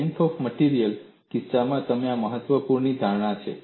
strength of મટેરીઅલ્સનો કિસ્સામાં તમે આ મહત્વપૂર્ણ ધારણા કરી છે